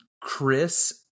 Chris